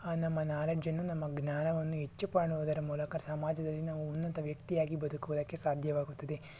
ನಮ್ಮ ನಾಲೆಡ್ಜ್ ಅನ್ನು ನಮ್ಮ ಜ್ಞಾನವನ್ನು ಹೆಚ್ಚು ಪಾಣುವುದರ ಮೂಲಕ ಸಮಾಜದಲ್ಲಿ ನಾವು ಉನ್ನತ ವ್ಯಕ್ತಿಯಾಗಿ ಬದುಕುವುದಕ್ಕೆ ಸಾಧ್ಯವಾಗುತ್ತದೆ